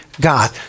God